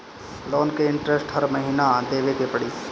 Loan के interest हर महीना देवे के पड़ी?